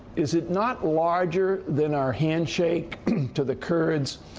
is it not larger than our handshake to the kurds?